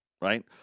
right